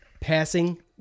passing